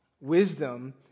wisdom